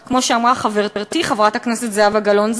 כמו שאמרה חברתי חברת הכנסת זהבה גלאון.